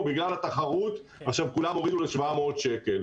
בגלל התחרות עכשיו כולם הורידו ל-700 שקל.